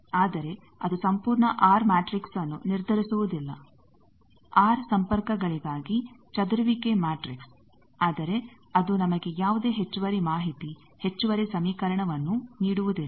ಆದರೆ ಅದು ಸಂಪೂರ್ಣ ಆರ್ ಮ್ಯಾಟ್ರಿಕ್ಸ್ನ್ನು ನಿರ್ಧರಿಸುವುದಿಲ್ಲ ಆರ್ ಸಂಪರ್ಕಗಳಿಗಾಗಿ ಚದುರುವಿಕೆ ಮ್ಯಾಟ್ರಿಕ್ಸ್ ಆದರೆ ಅದು ನಮಗೆ ಯಾವುದೇ ಹೆಚ್ಚುವರಿ ಮಾಹಿತಿ ಹೆಚ್ಚುವರಿ ಸಮೀಕರಣವನ್ನು ನೀಡುವುದಿಲ್ಲ